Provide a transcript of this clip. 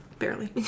barely